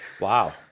Wow